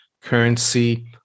currency